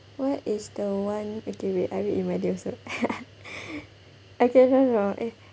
what is the one okay wait I read in malay also okay sabar sabar eh